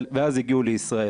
ואז הגיעו לישראל,